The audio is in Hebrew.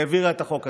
העבירה את החוק הזה.